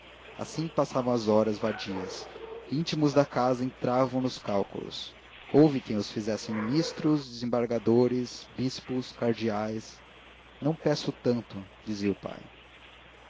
assim passavam as horas vadias íntimos da casa entravam nos cálculos houve quem os fizesse ministros desembargadores bispos cardeais não peço tanto dizia o pai